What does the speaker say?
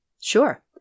Sure